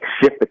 shift